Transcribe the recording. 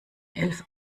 elf